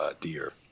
deer